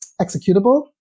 executable